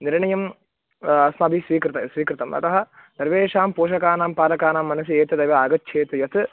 निर्णयः अस्माबिः स्विकृतः स्विकृतः अतः सर्वेषां पोषकाणां पालकानां मनसि एतदेव आगच्छेत् यत्